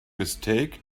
mistake